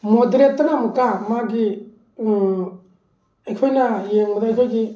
ꯃꯣꯗꯔꯦꯠꯇꯅ ꯑꯃꯨꯛꯀ ꯃꯥꯒꯤ ꯑꯩꯈꯣꯏꯅ ꯌꯦꯡꯕꯗ ꯑꯩꯈꯣꯏꯒꯤ